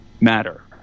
matter